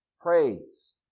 praise